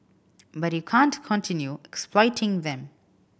but you can't continue exploiting them